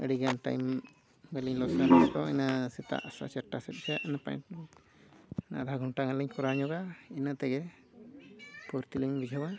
ᱟᱹᱰᱤ ᱜᱟᱱ ᱴᱟᱭᱤᱢ ᱵᱟᱹᱞᱤᱧ ᱞᱚᱥᱟ ᱤᱱᱟᱹ ᱥᱮᱛᱟᱜ ᱥᱟᱲᱮ ᱪᱟᱴᱴᱟ ᱥᱮᱫ ᱜᱮ ᱚᱱᱮ ᱯᱟᱦᱟᱜ ᱯᱩᱦᱩᱜ ᱚᱱᱟ ᱟᱫᱷᱟ ᱜᱷᱚᱱᱴᱟ ᱜᱟᱱ ᱞᱤᱧ ᱠᱚᱨᱟᱣ ᱧᱚᱜᱼᱟ ᱤᱱᱟᱹ ᱛᱮᱜᱮ ᱯᱷᱩᱨᱛᱤ ᱞᱤᱧ ᱵᱩᱡᱷᱟᱹᱣᱟ